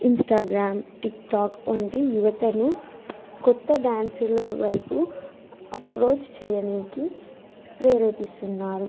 Instagram TikTok వంటి యువతను కొత్త డ్యాన్సుల వైపు అప్రోచ్ చేయడానికి ప్రేరేపిస్తున్నారు